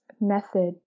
method